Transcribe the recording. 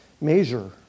measure